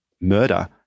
murder